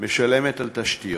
משלמת על תשתיות,